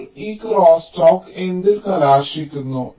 ഇപ്പോൾ ഈ ക്രോസ്സ്റ്റാക്ക് എന്തിൽ കലാശിക്കുന്നു